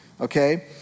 okay